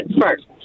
first